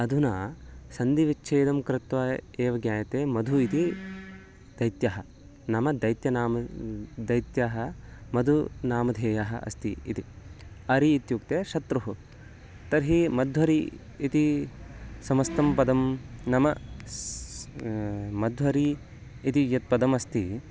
अधुना सन्धिविच्छेदं कृत्वा एव ज्ञायते मधुः इति दैत्यः नाम दैत्यः नाम दैत्यः मधुः नामधेयः अस्ति इति अरिः इत्युक्ते शत्रुः तर्हि मध्वरिः इति समस्तं पदं नाम स्स् मध्वरिः इति यत् पदमस्ति